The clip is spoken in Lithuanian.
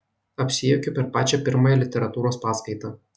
apsijuokiu per pačią pirmąją literatūros paskaitą